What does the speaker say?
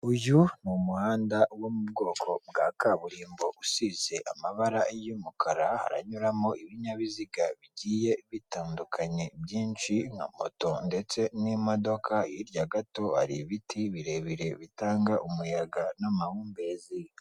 Uyu umuhanda wo mu bwoko bwa kaburimbo usize amabara y'umukara, haranyuramo ibinyabiziga bigiye bitandukanye byinshi nka moto ndetse n'imodoka, hirya gato hari ibiti birebire bitanga umuyaga n'amahumbezi.